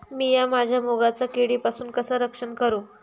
मीया माझ्या मुगाचा किडीपासून कसा रक्षण करू?